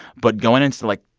but going into, like,